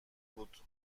بود